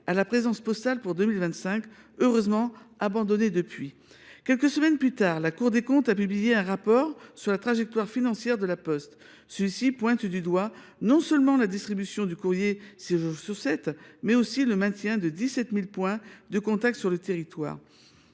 à la présence postale pour 2025, heureusement abandonnée depuis. Quelques semaines plus tard, la Cour des comptes a publié un rapport sur la trajectoire financière de La Poste. Celui ci pointe du doigt, non seulement la distribution du courrier six jours sur sept, mais aussi le maintien des 17 000 points de contact sur le territoire.